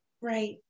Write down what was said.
Right